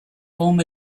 form